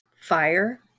fire